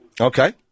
Okay